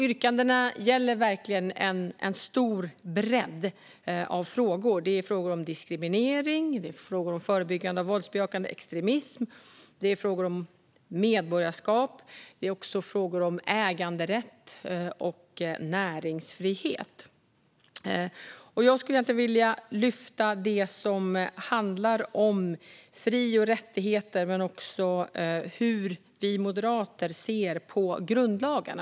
Yrkandena gäller verkligen en stor bredd av frågor. Det handlar om diskriminering, förebyggande av våldsbejakande extremism, medborgarskap, äganderätt och näringsfrihet. Jag skulle vilja lyfta det som handlar om fri och rättigheter men också hur vi moderater ser på grundlagarna.